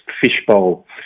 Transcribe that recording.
fishbowl